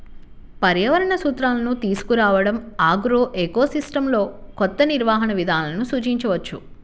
పర్యావరణ సూత్రాలను తీసుకురావడంఆగ్రోఎకోసిస్టమ్లోకొత్త నిర్వహణ విధానాలను సూచించవచ్చు